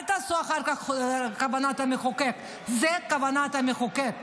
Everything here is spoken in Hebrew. אל תעשו אחר כך "כוונת המחוקק"; זו כוונת המחוקק,